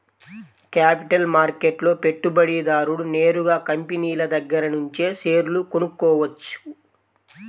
capital మార్కెట్లో పెట్టుబడిదారుడు నేరుగా కంపినీల దగ్గరనుంచే షేర్లు కొనుక్కోవచ్చు